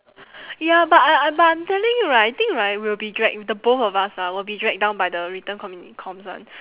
ya but I I but I'm telling you right I think right we'll be drag the both of us ah will be drag down by the written communi~ comms one